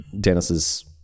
Dennis's